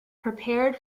prepared